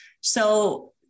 So-